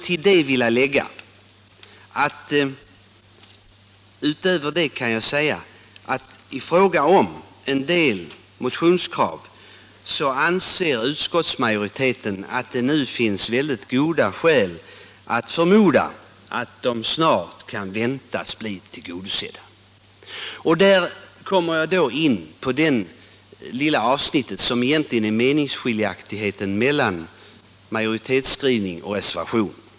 Beträffande en del motionskrav anser utskottsmajoriteten att det nu finns goda skäl att förmoda att de snart kan väntas bli tillgodosedda. Här kommer jag in på det lilla avsnitt där meningsskiljaktigheter föreligger mellan majoritetsskrivningen och reservationen.